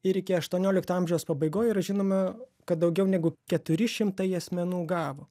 ir iki aštuoniolikto amžiaus pabaigoj yra žinoma kad daugiau negu keturi šimtai asmenų gavo